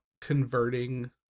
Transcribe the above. converting